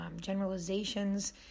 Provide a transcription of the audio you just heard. generalizations